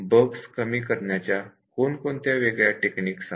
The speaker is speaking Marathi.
बग्स कमी करण्याच्या कोणकोणत्या टेक्निक्स आहेत